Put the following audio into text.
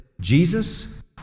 Jesus